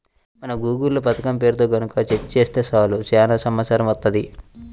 మనం గూగుల్ లో పథకం పేరుతో గనక సెర్చ్ చేత్తే చాలు చానా సమాచారం వత్తది